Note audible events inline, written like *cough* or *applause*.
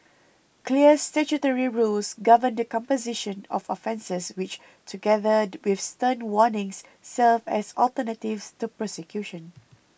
clear statutory rules govern the composition of offences which together *hesitation* with stern warnings serve as alternatives to prosecution